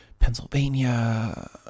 Pennsylvania